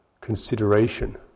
consideration